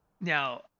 Now